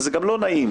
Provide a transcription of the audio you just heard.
זה גם לא נעים.